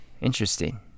Interesting